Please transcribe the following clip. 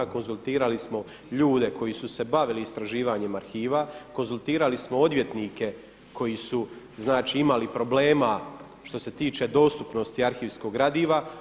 Konzultirali smo ljude koji su se bavili istraživanjem arhiva, konzultirali smo odvjetnike koji su znači imali problema što se tiče dostupnosti arhivskog gradiva.